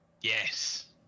yes